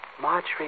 Marjorie